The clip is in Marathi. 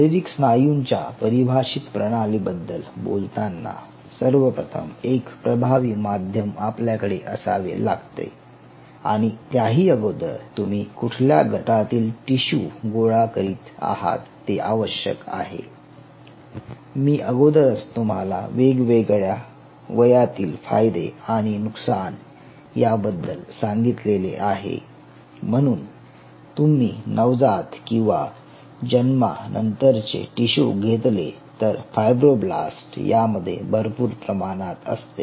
शारीरिक स्नायूंच्या परिभाषित प्रणाली बद्दल बोलताना सर्वप्रथम एक प्रभावी माध्यम आपल्याकडे असावे लागते आणि त्याही अगोदर तुम्ही कुठल्या गटातील टिशू गोळा करीत आहात ते आवश्यक आहे मी अगोदरच तुम्हाला वेगवेगळ्या वयातील फायदे आणि नुकसान याबद्दल सांगितलेले आहे म्हणून तुम्ही नवजात किंवा जन्मानंतरचे टिशू घेतले तर फायब्रोब्लास्ट त्यामध्ये भरपूर प्रमाणात असते